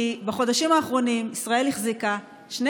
כי בחודשים האחרונים ישראל החזיקה שני